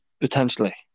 potentially